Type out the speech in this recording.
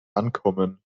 ankommen